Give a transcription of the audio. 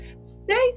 Stay